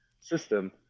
system